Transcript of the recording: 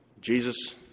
Jesus